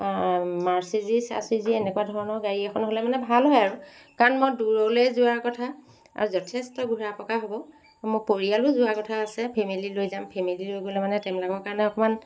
Mercedes চাৰ্জিছ এনেকুৱা ধৰণৰ গাড়ী এখন হ'লে মানে ভাল হয় আৰু কাৰণ মই দূৰলৈ যোৱাৰ কথা আৰু যথেষ্ট ঘূৰা পকা হ'ব মই পৰিয়ালো যোৱা কথা আছে ফেমিলি লৈ যাম ফেমিলী লৈ গ'লে মানে তেওঁলোকৰ কাৰণে অকণমান